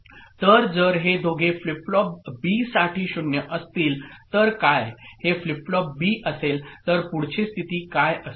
तर जर हे दोघे फ्लिप फ्लॉप बीसाठी 0 असतील तर काय हे फ्लिप फ्लॉप बी असेल तर पुढचे स्थिती काय असेल